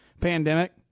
pandemic